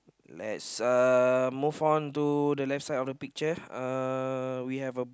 let's uh move on to the left side of the picture uh we have a